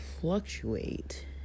fluctuate